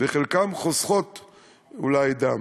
וחלקן אולי חוסכות דם?